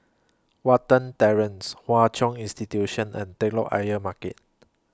Watten Terrace Hwa Chong Institution and Telok Ayer Market